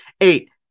eight